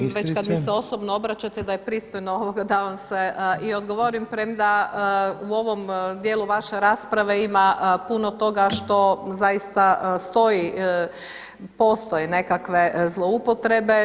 Ma evo kad mi se osobno obraćate da je pristojno da vam se i odgovori, premda u ovom dijelu vaše rasprave ima puno toga što zaista stoji, postoje nekakve zloupotrebe.